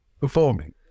performing